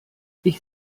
ich